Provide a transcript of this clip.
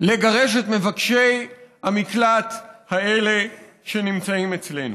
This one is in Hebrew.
לגרש את מבקשי המקלט האלה שנמצאים אצלנו.